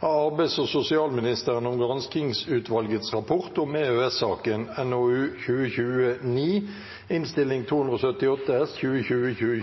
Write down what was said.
av. Flere har ikke bedt om ordet til sak nr. 7.